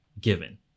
given